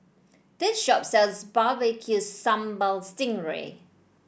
this shop sells Barbecue Sambal Sting Ray